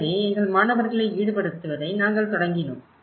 எனவே எங்கள் மாணவர்களை ஈடுபடுத்துவதை நாங்கள் தொடங்கினோம்